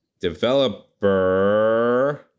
developer